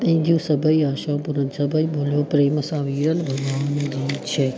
पंहिंजूं सभेई आषाऊं पूर्ण सभई ॿोलो प्रेम सां विरल भॻवान जी जय